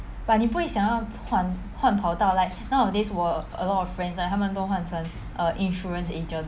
but 你不会想要换换跑道 like nowadays 我 a lot of friends right 他们都换成 err insurance agent